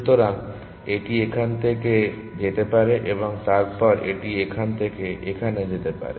সুতরাং এটি এখান থেকে এখানে যেতে পারে এবং তারপর এটি এখান থেকে এখানে যেতে পারে